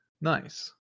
nice